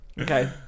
Okay